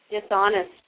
dishonest